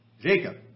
Jacob